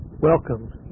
Welcome